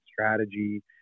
strategy